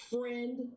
friend